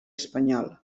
espanyol